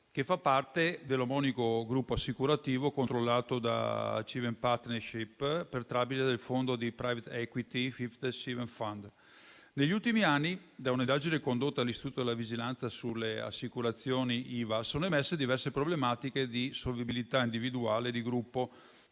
che fa parte dell'omonimo gruppo assicurativo controllato da Cinven partnership, tramite il fondo di *private equity* Fifth Cinven fund. Negli ultimi anni, da un'indagine condotta dall'Istituto di vigilanza sulle assicurazioni (Ivass), sono emerse diverse problematiche di solvibilità individuale e di gruppo,